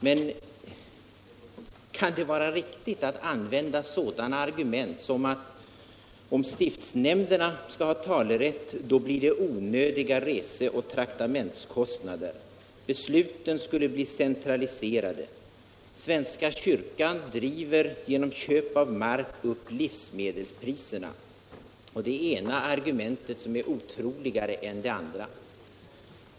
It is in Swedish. Men det kan inte vara riktigt att använda sådana argument som att om stiftsnämnderna får talerätt, då blir det onödiga reseoch traktamentskostnader, besluten blir centraliserade, svenska kyrkan driver genom köp av mark upp livsmedelspriserna — det ena argumentet är otroligare än det andra.